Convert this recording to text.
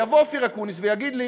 יבוא אופיר אקוניס ויגיד לי: